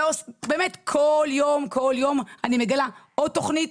כל יום אני מגלה עוד תוכנית,